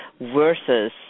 versus